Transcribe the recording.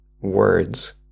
words